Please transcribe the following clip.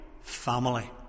family